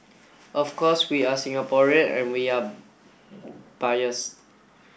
of course we are Singaporean and we are biased